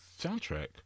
soundtrack